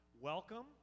welcome